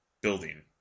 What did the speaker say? building